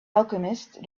alchemist